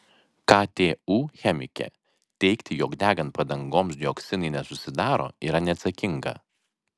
ktu chemikė teigti jog degant padangoms dioksinai nesusidaro yra neatsakinga